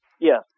Yes